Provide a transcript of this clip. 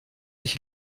ich